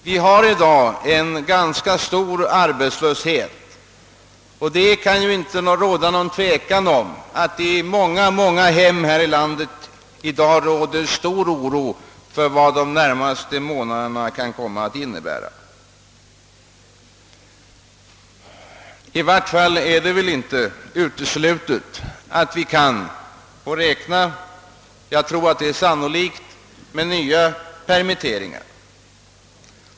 Vi har i dag en ganska stor arbetslöshet, och det kan inte föreligga någon tvekan om att i många hem här i landet råder i dag stor oro för vad de när maste månaderna kan komma att föra med sig. Det är i varje fall inte uteslutet att vi kan få nya permitteringar.